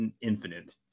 infinite